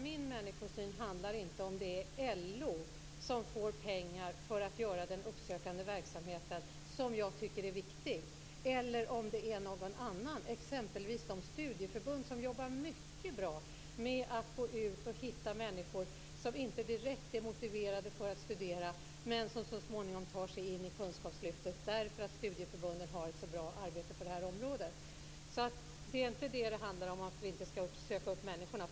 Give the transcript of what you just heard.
Min människosyn handlar inte om det är LO som får pengar för att göra den uppsökande verksamheten, som jag tycker är viktig, eller om det är någon annan som får pengar, exempelvis de studieförbund som jobbar mycket bra med att gå ut och hitta människor som inte direkt är motiverade att studera men som så småningom tar sig in i kunskapslyftet därför att studieförbunden bedriver ett så bra arbete på det här området. Det handlar alltså inte om att människor inte skall uppsökas.